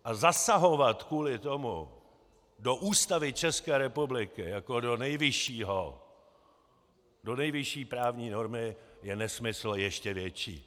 A zasahovat kvůli tomu do Ústavy České republiky jako do nejvyšší právní normy je nesmysl ještě větší!